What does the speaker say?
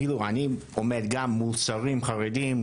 אפילו אני אומר גם מוצרים חרדיים,